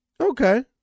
okay